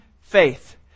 faith